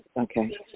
Okay